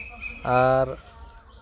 ᱟᱨ